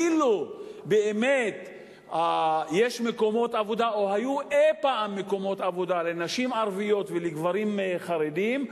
אילו באמת היו מקומות עבודה לנשים ערביות ולגברים חרדים,